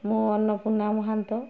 ମୁଁ ଅନ୍ନପୂର୍ଣ୍ଣା ମହାନ୍ତ